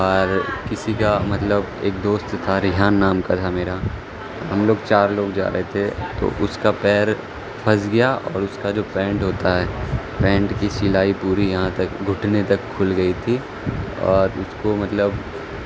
اور کسی کا مطلب ایک دوست تھا ریحان نام کا تھا میرا ہم لوگ چار لوگ جا رہے تھے تو اس کا پیر پھنس گیا اور اس کا جو پینٹ ہوتا ہے پینٹ کی سلائی پوری یہاں تک گھٹنے تک کھل گئی تھی اور اس کو مطلب